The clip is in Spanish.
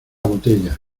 botella